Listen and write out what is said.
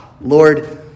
Lord